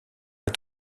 est